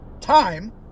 time